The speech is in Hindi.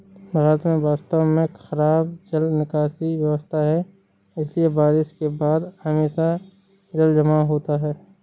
भारत में वास्तव में खराब जल निकासी व्यवस्था है, इसलिए बारिश के बाद हमेशा जलजमाव होता है